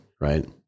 right